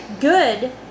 good